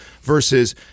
versus